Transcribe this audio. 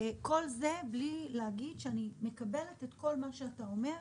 ולצד זה אני מקבלת את כל מה שאתה אומר,